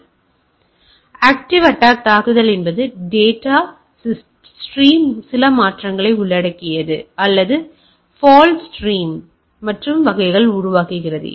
எனவே active attack தாக்குதல் என்பது டேட்டா ஸ்ட்ரீமில் சில மாற்றங்களை உள்ளடக்கியது அல்லது பால்ஸ் ஸ்ட்ரீம் மற்றும் வகைகளை உருவாக்குகிறது